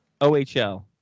OHL